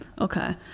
Okay